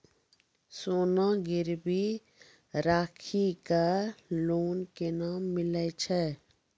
सोना गिरवी राखी कऽ लोन केना मिलै छै?